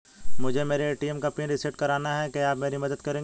मुझे मेरे ए.टी.एम का पिन रीसेट कराना है क्या आप मेरी मदद करेंगे?